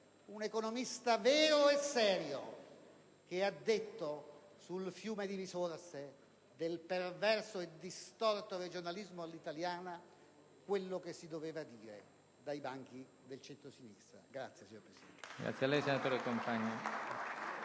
un economista vero e serio, che ha detto, sul fiume di risorse del perverso e distorto regionalismo all'italiana, quel che si doveva dire dai banchi del centrosinistra. *(Applausi dal Gruppo PdL.